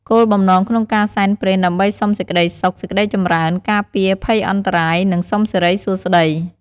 គោលបំណងក្នុងការសែនព្រេនដើម្បីសុំសេចក្តីសុខ សេចក្តីចម្រើន ការពារភ័យអន្តរាយ និងសុំសិរីសួស្តី។